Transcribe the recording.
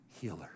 Healer